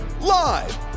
live